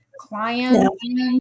clients